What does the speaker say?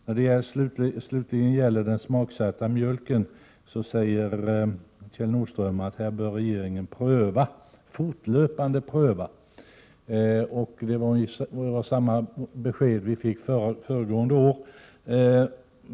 När det slutligen gäller skatten på den smaksatta mjölken säger Kjell Nordström att regeringen fortlöpande bör pröva den frågan. Vi fick samma besked föregående år.